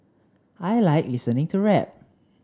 I like listening to rap